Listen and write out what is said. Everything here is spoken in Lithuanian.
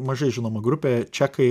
mažai žinoma grupė čekai